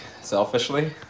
selfishly